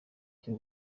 cy’u